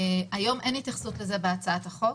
היום אין התייחסות לזה בהצעת החוק.